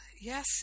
Yes